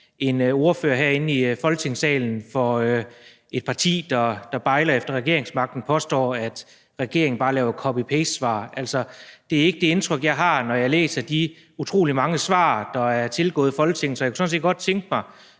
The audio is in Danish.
en ordfører for et parti, der bejler til regeringsmagten, her i Folketingssalen påstår, at regeringen bare laver copy-paste-svar. Altså, det er ikke det indtryk, jeg har, når jeg læser de utrolig mange svar, der er tilgået Folketinget. Så jeg kunne sådan set godt tænke mig